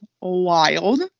wild